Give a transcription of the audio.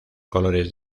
colores